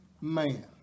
man